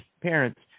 parents